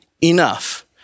enough